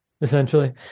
essentially